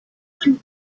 would